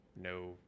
no